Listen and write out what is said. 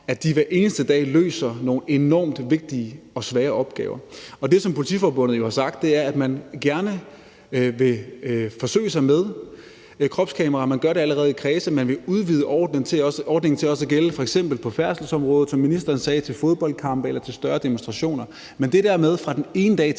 at de hver eneste dag løser nogle enormt vigtige og svære opgaver. Og det, som Politiforbundet jo har sagt, er, at man gerne vil forsøge sig med kropskameraer. Man gør det allerede i nogle politikredse, og man vil udvide ordningen til også at gælde f.eks. på færdselsområdet og, som ministeren sagde, til fodboldkampe eller til større demonstrationer. Men det der med, at man fra den ene dag til